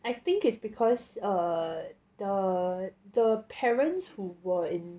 I think is because err the the parents who were in